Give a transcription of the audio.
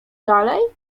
dalej